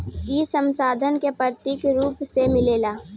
ई संसाधन के प्राकृतिक रुप से मिलेला